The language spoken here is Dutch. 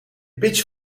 pitch